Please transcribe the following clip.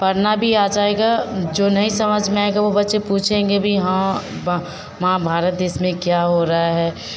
पढ़ना भी आ जाएगा जो नहीं समझ में आएगा वह बच्चे पूछेंगे भी हाँ माँ भारत देश में क्या हो रहा है